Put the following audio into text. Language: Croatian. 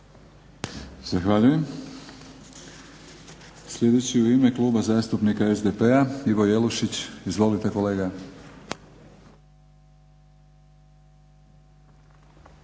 Zahvaljujem. Sljedeći u ime Kluba zastupnika SDP-a Ivo Jelušić. Izvolite kolega.